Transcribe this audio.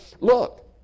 Look